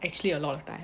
actually a lot of time